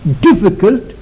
difficult